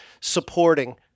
supporting